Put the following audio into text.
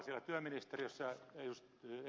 siellä työministeriössä ed